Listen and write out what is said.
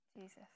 Jesus